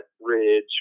ridge